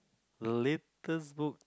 latest book